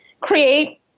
create